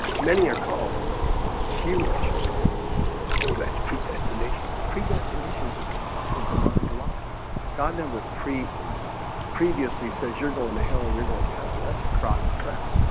many are called few are chosen or that it's predestination predestination is and is a demonic life god never pre previously says you're going to hell and you're going to come and that's a crock crap